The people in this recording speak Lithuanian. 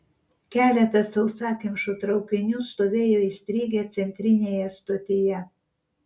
keletas sausakimšų traukinių stovėjo įstrigę centrinėje stotyje